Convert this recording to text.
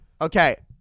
okay